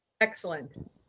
Excellent